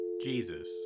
Jesus